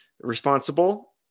responsible